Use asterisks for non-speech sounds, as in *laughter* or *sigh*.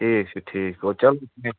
ٹھیٖک چھُ ٹھیٖک *unintelligible*